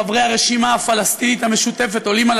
חברי הרשימה הפלסטינית המשותפת עולים על